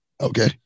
Okay